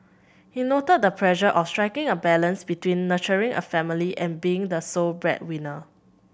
he noted the pressure of striking a balance between nurturing a family and being the sole breadwinner